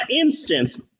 instance